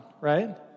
right